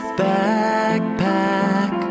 backpack